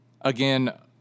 again